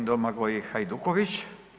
G. Domagoj Hajduković.